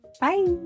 Bye